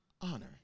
Honor